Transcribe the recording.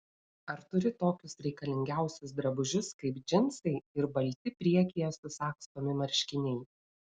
ar turi tokius reikalingiausius drabužius kaip džinsai ir balti priekyje susagstomi marškiniai